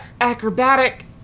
acrobatic